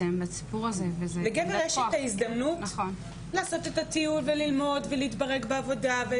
לגבר יש את ההזדמנות לעשות את הטיול וללמוד ולהתברג בעבודה,